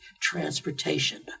transportation